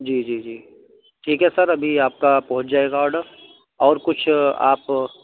جی جی جی ٹھیک ہے سر ابھی آپ کا پہنچ جائے گا آڈر اور کچھ آپ